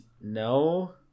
no